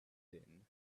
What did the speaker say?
din